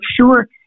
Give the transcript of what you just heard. sure